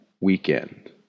weekend